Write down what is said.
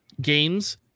games